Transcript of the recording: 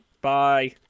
Bye